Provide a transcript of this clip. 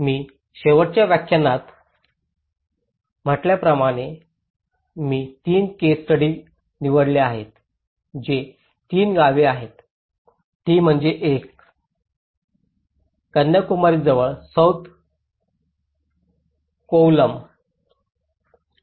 मी शेवटच्या व्याख्यानात म्हटल्याप्रमाणे मी तीन केस स्टडीज निवडले आहेत जे तीन गावे आहेत ती म्हणजे एक कन्याकुमारी जवळ सौथ कोवळम आहे